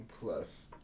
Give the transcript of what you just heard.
plus